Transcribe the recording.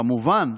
כמובן,